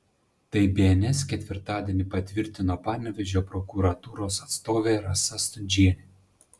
tai bns ketvirtadienį patvirtino panevėžio prokuratūros atstovė rasa stundžienė